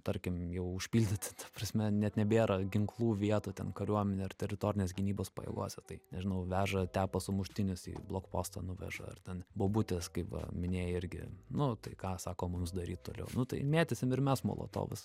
tarkim jau užpildyti prasme net nebėra ginklų vietų ten kariuomenėj ar teritorinės gynybos pajėgose tai nežinau veža tepa sumuštinius į blokpostą nuveža ar ten bobutės kaip va minėjai irgi nu tai ką sako mums daryt toliau nu tai mėtysim ir mes molotovus